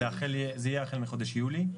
זה יהיה החל מחודש יולי.